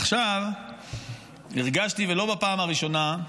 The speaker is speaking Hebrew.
עכשיו, הרגשתי, ולא בפעם הראשונה,